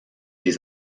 les